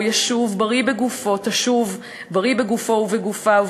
ישוב בריא בגופו/תשוב בריאה בגופה,